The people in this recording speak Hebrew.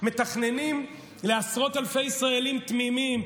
מתכננים לעשרות אלפי ישראלים תמימים,